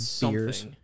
beers